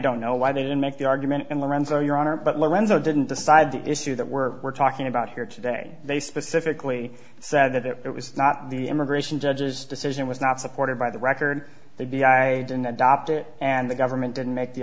don't know why they didn't make the argument and lorenzo your honor but lorenzo didn't decide the issue that we're we're talking about here today they specifically said that it was not the immigration judge's decision was not supported by the record to be i didn't adopt it and the government didn't make the